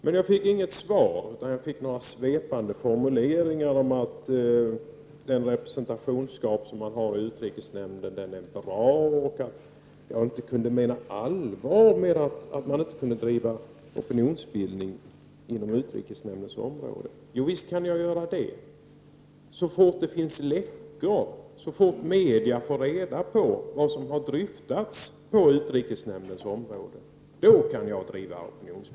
Men jag fick inget svar, utan jag fick några svepande formuleringar om att den representation man har i utrikesnämnden är bra och att jag inte kunde mena allvar med att säga att man inte kunde bedriva opinionsbildning inom utrikesnämndens område. Visst kan jag göra det. Så fort det finns läckor, så fort media får reda på vad som har dryftats på utrikesnämndens område kan jag bedriva opinionsbildning.